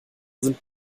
sind